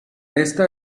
esta